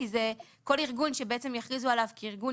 כי זה כל ארגון שבעצם יכריזו עליו כארגון